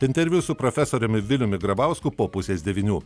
interviu su profesoriumi viliumi grabausku po pusės devynių